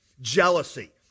jealousy